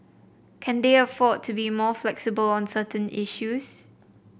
can they afford to be more flexible on certain issues